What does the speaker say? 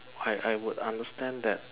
I I would understand that